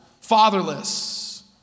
Fatherless